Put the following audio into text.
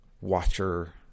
watcher